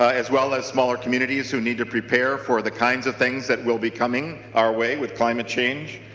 ah as well as smaller communities who need to prepare for the kinds of things that will be coming our way with climate change.